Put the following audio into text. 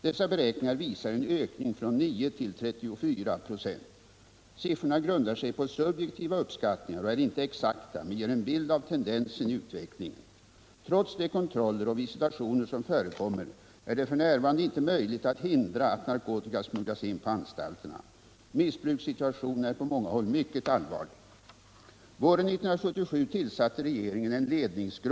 Dessa beräkningar visar en ökning från 9 till 34 ?ö. Siffrorna grundar sig på subjektiva uppskattningar och är inte exakta men ger en bild av tendensen i utvecklingen. Trots de kontroller och visitationer som förekommer är det f.n. inte möjligt att hindra att narkotika smugglas in på anstalterna. Missbrukssituationen är på många håll mycket allvarlig.